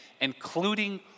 including